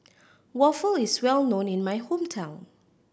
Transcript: waffle is well known in my hometown